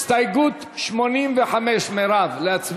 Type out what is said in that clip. מרב, על הסתייגות 85 להצביע?